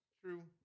True